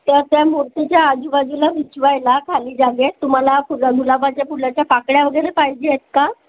तर त्या मूर्तीच्या आजूबाजूला बिछवायला खाली जागेत तुम्हाला फुलं गुलाबाच्या फुलाच्या पाकळ्या वगैरे पाहिजेत का